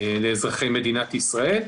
לאזרחי מדינת ישראל.